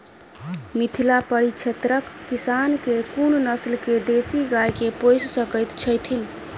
मिथिला परिक्षेत्रक किसान केँ कुन नस्ल केँ देसी गाय केँ पोइस सकैत छैथि?